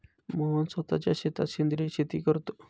मोहन स्वतःच्या शेतात सेंद्रिय शेती करतो